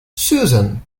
susan